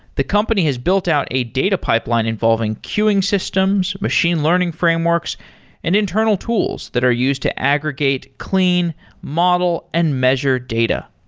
the company has built out a data pipeline involving queuing systems, machine learning frameworks and internal tools that are used to aggregate clean model and measure data.